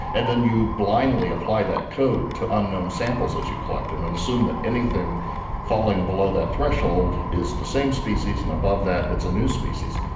and then you blindly apply that code to unknown samples as you collect them and assume that anything falling below that threshold is the same species and above that is a new species.